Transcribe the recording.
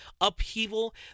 upheaval